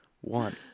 one